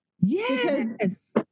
Yes